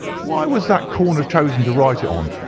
why was that corner chosen to write it on?